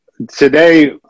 Today